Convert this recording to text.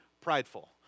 prideful